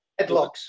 Headlocks